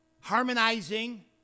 harmonizing